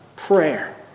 Prayer